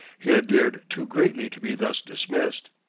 he had dared too greatly to be thus dismissed.